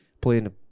playing